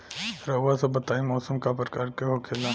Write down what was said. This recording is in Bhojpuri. रउआ सभ बताई मौसम क प्रकार के होखेला?